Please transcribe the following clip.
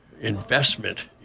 investment